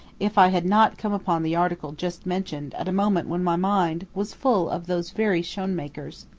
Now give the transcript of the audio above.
if i had not come upon the article just mentioned at a moment when my mind was full of those very schoenmakers.